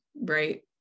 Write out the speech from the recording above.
Right